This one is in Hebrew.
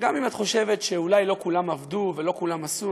שגם אם את חושבת שאולי לא כולם עבדו ולא כולם עשו,